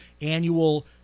annual